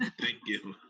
ah thank you.